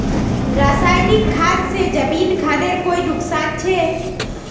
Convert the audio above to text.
रासायनिक खाद से जमीन खानेर कोई नुकसान छे?